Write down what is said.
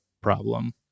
problem